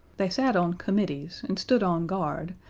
they sat on committees and stood on guard,